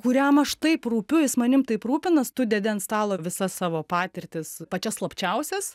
kuriam aš taip rūpiu jis manim taip rūpinas tu dedi ant stalo visas savo patirtis pačias slapčiausias